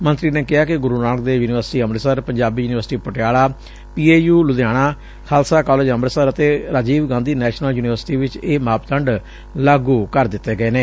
ਮੰਤਰੀ ਨੇ ਕਿਹਾ ਕਿ Guru Nanak Dev university Amritsar Punjabi university Patiala PAU Ludhiana Khalsa college Amritsar ਅਤੇ Rajiv Gandhi national university ਵਿੱਚ ਇਹ ਮਾਪਦੰਡ ਲਾਗੁ ਕਰ ਦਿੱਡੇ ਨੇ